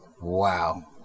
Wow